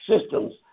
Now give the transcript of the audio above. systems